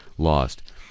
Lost